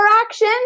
action